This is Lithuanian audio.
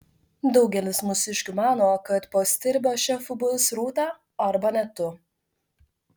daugelis mūsiškių mano kad po stirbio šefu bus rūta arba net tu